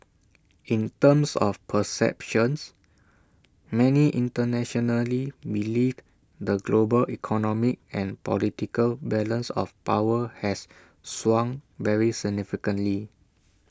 in terms of perceptions many internationally believe the global economic and political balance of power has swung very significantly